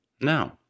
Now